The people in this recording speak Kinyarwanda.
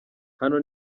hano